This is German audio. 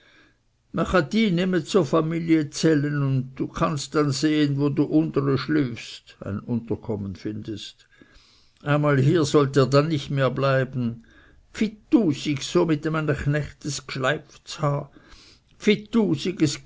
zur familie zelle und du kannst dann sehen wo du untereschlüfst einmal hier sollt ihr dann nicht mehr bleiben pfitusig so mit